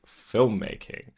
filmmaking